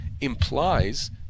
implies